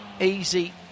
easy